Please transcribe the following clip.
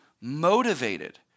motivated